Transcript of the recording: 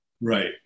Right